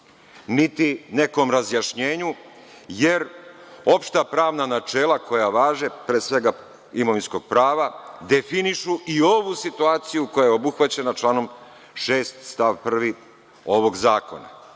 niti nekom razjašnjenju jer opšta pravna načela koja važe, pre svega imovinskog prava, definišu i ovu situaciju koja je obuhvaćena članom 6. stav 1. ovog zakona.